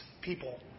people